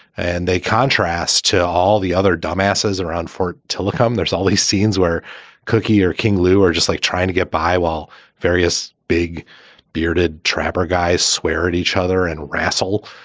and they contrast to all the other dumb asses around. for tillicum, there's all these scenes where cookie or king lu are just like trying to get by while various big bearded trapper guys swear at each other and wrestle.